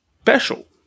special